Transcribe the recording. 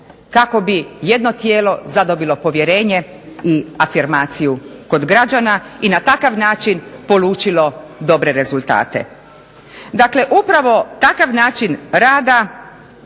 kako bi jedno tijelo zadobilo povjerenje i afirmaciju kod građana i na takav način polučilo dobre rezultate. Dakle, upravo takav način rada